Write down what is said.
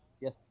Yes